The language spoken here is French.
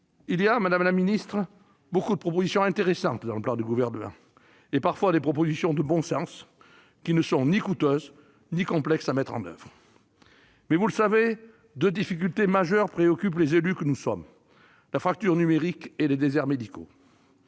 Il existe, madame la ministre, beaucoup de propositions intéressantes dans le plan du Gouvernement, et parfois des propositions de bon sens, qui ne sont ni coûteuses ni complexes à mettre en oeuvre. Vous savez pourtant, madame la ministre, que deux difficultés majeures préoccupent les élus que nous sommes : la fracture numérique et les déserts médicaux.